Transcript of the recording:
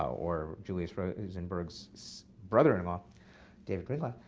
or julius rosenberg's brother-in-law david greenglass.